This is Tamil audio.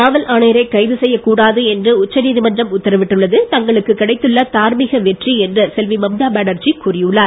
காவல் ஆணையரை கைது செய்யக்கூடாது என்று உச்ச நீதிமன்றம் உத்தரவிட்டுள்ளது தங்களுக்கு கிடைத்துள்ள தார்மீக வெற்றி என்று செல்வி மம்தா பேனர்ஜி கூறினார்